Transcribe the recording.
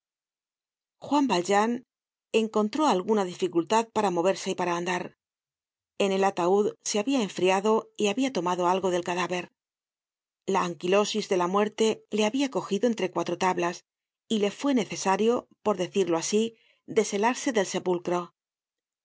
juan valjean encontró alguna dificultad para moverse y para andar en el ataud se habia enfriado y habia tomado algo del cadáver la anquilosis de la muerte le habia cogido entre cuatro tablas y le fue necesario por decirlo asi deshelarse del sepulcro